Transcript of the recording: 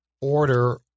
order